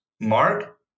mark